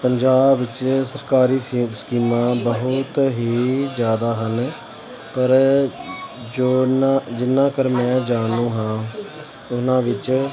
ਪੰਜਾਬ ਵਿੱਚ ਸਰਕਾਰੀ ਸਿਹਤ ਸਕੀਮਾਂ ਬਹੁਤ ਹੀ ਜ਼ਿਆਦਾ ਹਨ ਪਰ ਜੋ ਨਾ ਜਿੰਨਾ ਕਰ ਮੈਂ ਜਾਣੂ ਹਾਂ ਉਹਨਾਂ ਵਿੱਚ